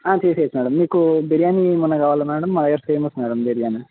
ఆ చేసేయచ్చు మేడం మీకు బిర్యానీ ఏమైనా కావాలా మేడం మా దగ్గర ఫేమస్ మేడం బిర్యానీ